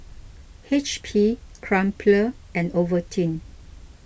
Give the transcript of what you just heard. H P Crumpler and Ovaltine